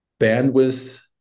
bandwidth